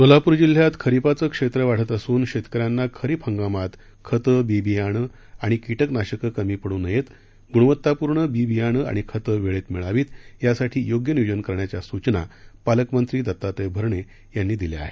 सोलापूर जिल्ह्यात खरिपाचं क्षेत्र वाढत असून शेतकऱ्यांना खरीप हंगामात खतं बी बियाणं आणि कीटकनाशकं कमी पडू नयेत गुणवत्तापूर्ण बी बियाणं आणि खतं वेळेत मिळावीत यासाठी योग्य नियोजन करण्याच्या सूचना पालकमंत्री दत्तात्रय भरणे यांनी आ दिल्या आहेत